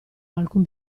alcun